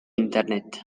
internet